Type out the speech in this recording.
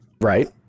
right